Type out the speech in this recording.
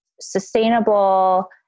sustainable